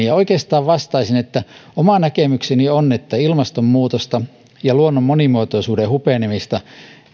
ja oikeastaan vastaisin että oma näkemykseni on että ilmastonmuutosta ja luonnon monimuotoisuuden hupenemista